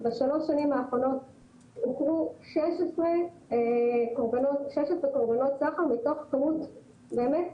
בשלוש שנים האחרונות הוכרו 16 קורבנות סחר מתוך כמות באמת